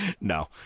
no